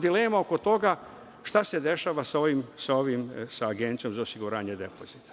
dilema oko toga šta se dešava sa Agencijom za osiguranje depozita.